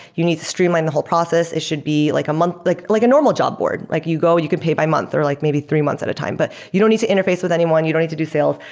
you need to streamline the whole process. it should be like a month like like a normal job board. like you go, you can pay by month or like maybe three months at a time, but you don't need to interface with anyone. you don't need to do sales.